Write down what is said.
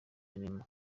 cinema